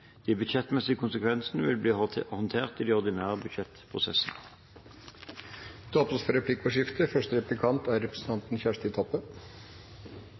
De budsjettmessige konsekvensene vil bli håndtert i de ordinære budsjettprosessene. Det blir replikkordskifte.